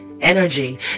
energy